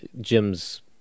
Jim's